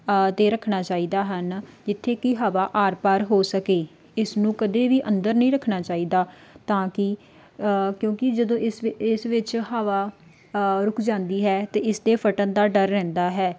'ਤੇ ਰੱਖਣਾ ਚਾਹੀਦਾ ਹਨ ਜਿੱਥੇ ਕਿ ਹਵਾ ਆਰ ਪਾਰ ਹੋ ਸਕੇ ਇਸ ਨੂੰ ਕਦੇ ਵੀ ਅੰਦਰ ਨਹੀਂ ਰੱਖਣਾ ਚਾਹੀਦਾ ਤਾਂ ਕਿ ਕਿਉਂਕਿ ਜਦੋਂ ਇਸ ਵਿ ਇਸ ਵਿੱਚ ਹਵਾ ਰੁੱਕ ਜਾਂਦੀ ਹੈ ਤਾਂ ਇਸ ਦੇ ਫੱਟਣ ਦਾ ਡਰ ਰਹਿੰਦਾ ਹੈ